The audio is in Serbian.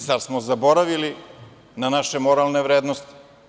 Zar smo zaboravili na naše moralne vrednosti?